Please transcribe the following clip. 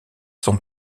son